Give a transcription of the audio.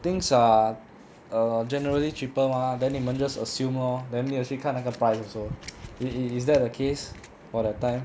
things are err generally cheaper mah then 你们 just assume lor then 没有去看那个 price also is is is that the case for that time